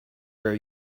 wear